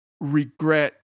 regret